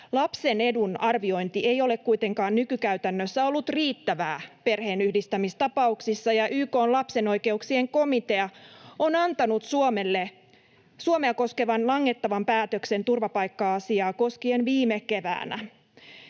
Lapsen edun arviointi ei ole kuitenkaan nykykäytännössä ollut riittävää perheenyhdistämistapauksissa, ja YK:n lapsen oikeuksien komitea on antanut Suomea koskevan langettavan päätöksen turvapaikka-asiaa koskien viime keväänä.